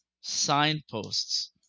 signposts